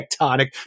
tectonic